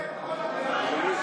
בושה.